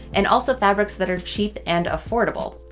and also fabrics that are cheap and affordable.